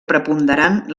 preponderant